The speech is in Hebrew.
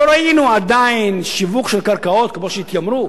לא ראינו עדיין שיווק של קרקעות כמו שהתיימרו,